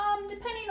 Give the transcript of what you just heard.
depending